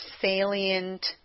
salient